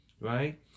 Right